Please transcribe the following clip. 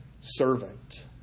servant